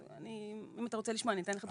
אם אתה רוצה לשמוע אני אתן לך דוגמא.